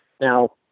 Now